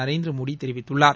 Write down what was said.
நரேந்திர மோடி தெரிவித்துள்ளார்